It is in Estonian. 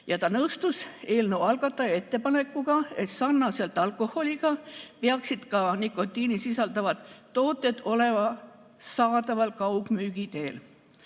Ta nõustus eelnõu algataja ettepanekuga, et sarnaselt alkoholiga peaksid ka nikotiini sisaldavad tooted olema saadaval kaugmüügi teel.